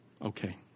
Okay